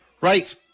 right